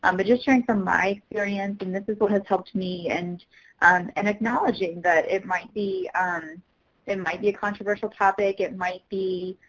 i'm but just hearing from my experience and this is what has helped me and um and acknowledging that it might be um a might be controversial topic. it might be,